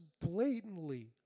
blatantly